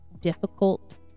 difficult